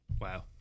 Wow